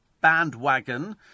bandwagon